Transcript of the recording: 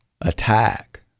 attack